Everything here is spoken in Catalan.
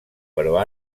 però